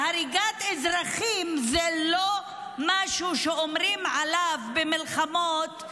והריגת אזרחים זה לא משהו שאומרים עליו במלחמות: